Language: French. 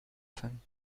famille